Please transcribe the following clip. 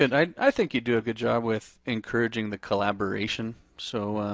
and i think you do a good job with encouraging the collaboration. so,